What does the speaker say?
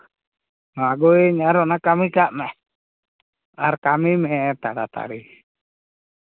ᱟᱹᱜᱩᱭ ᱢᱮ ᱟᱨ ᱚᱱᱟ ᱠᱟᱹᱢᱤ ᱠᱟᱜ ᱢᱮ ᱟᱨ ᱠᱟᱹᱢᱤ ᱢᱮ ᱛᱟᱲᱟᱛᱟᱹᱲᱤ